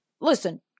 Listen